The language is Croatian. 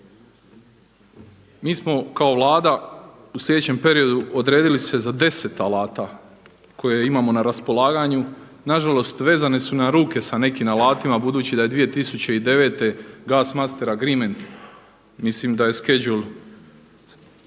Mi smo kao Vlada u sljedećem periodu odredili se za 10 alata koje imamo na raspolaganju. Na žalost vezane su nam ruke sa nekim alatima budući da je 2009. Gas master agreement mislim da je